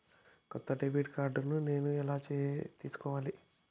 కొత్త debit card నేను ఎలా తీసుకోవాలి?